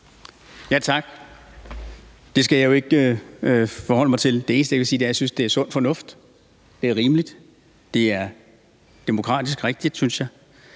Tak. Det skal jeg jo ikke forholde mig til. Det eneste, jeg kan sige, er, at jeg synes, at det er sund fornuft. Det er, synes jeg, rimeligt og demokratisk rigtigt at give